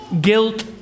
guilt